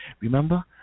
Remember